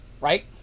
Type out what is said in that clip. right